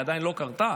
היא עדיין לא קרתה,